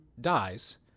dies